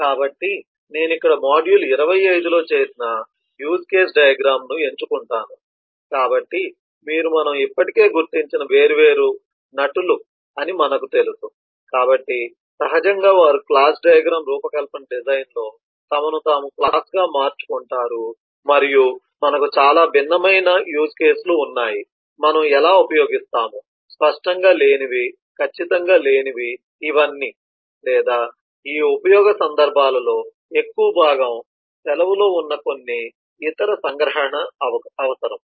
కాబట్టి నేను ఇక్కడ మాడ్యూల్ 25 లో చేసిన యూజ్ కేస్ డయాగ్రమ్ ను ఎంచుకుంటాను కాబట్టి వీరు మనం ఇప్పటికే గుర్తించిన వేర్వేరు నటులు అని మనకు తెలుసు కాబట్టి సహజంగా వారు క్లాస్ డయాగ్రమ్ రూపకల్పన డిజైన్లో తమను తాము క్లాస్ గా మార్చుకుంటారు మరియు మనకు చాలా భిన్నమైన యూజ్ కేసులు ఉన్నాయి మనము ఎలా ఉపయోగిస్తాము స్పష్టంగా లేనివి ఖచ్చితంగా లేనివి ఇవన్నీ లేదా ఈ ఉపయోగ సందర్భాలలో ఎక్కువ భాగం సెలవులో ఉన్న కొన్ని ఇతర సంగ్రహణ అవసరం